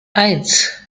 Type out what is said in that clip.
eins